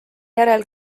järel